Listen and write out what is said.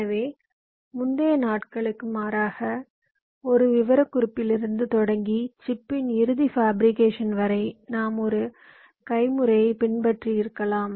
எனவே முந்தைய நாட்களுக்கு மாறாக ஒரு விவரக்குறிப்பிலிருந்து தொடங்கி சிப்பின் இறுதி ஃபேபிரிகேஷன் வரை நாம் ஒரு கை முறையை பின்பற்றியிருக்கலாம்